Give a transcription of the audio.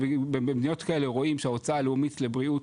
ובמדינות כאלה רואים שההוצאה הלאומית לבריאות